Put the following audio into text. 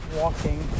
walking